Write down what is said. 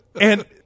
And-